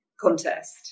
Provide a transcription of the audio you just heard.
contest